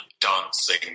dancing